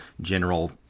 general